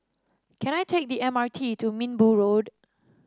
can I take the M R T to Minbu Road